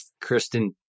Kristen